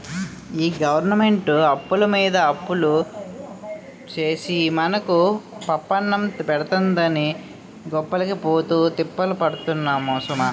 ఈ గవరమెంటు అప్పులమీద అప్పులు సేసి మనకు పప్పన్నం పెడతందని గొప్పలకి పోతే తిప్పలు తప్పవు సుమా